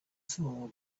small